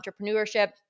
entrepreneurship